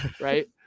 right